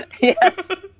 Yes